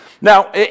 Now